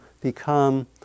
become